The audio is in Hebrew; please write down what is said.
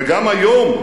וגם היום,